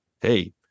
Hey